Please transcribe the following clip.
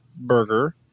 burger